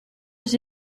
aux